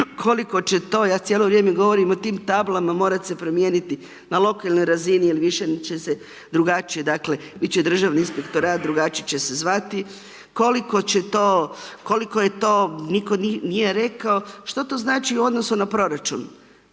koliko će to, ja cijelo vrijeme govorim o tim tablama morati se promijeniti na lokalnoj razini jer više će se drugačije, dakle biti će Državni inspektorat, drugačije će se zvati, koliko će to, koliko je to, nitko nije rekao što to znači u odnosu na proračun,